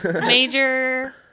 major